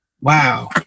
Wow